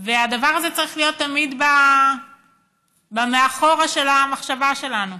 והדבר הזה צריך להיות תמיד מאחורי המחשבה שלנו,